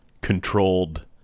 controlled